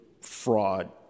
fraud